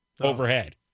overhead